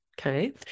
Okay